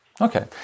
Okay